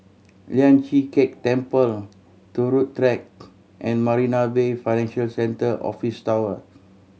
Lian Chee Kek Temple Turut Track and Marina Bay Financial Centre Office Tower